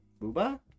Booba